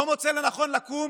לא מוצא לנכון לקום